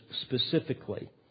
specifically